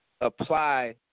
apply